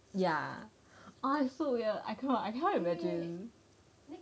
ya ah is so weird I cannot I cannot imagine